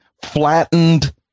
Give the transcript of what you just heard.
Flattened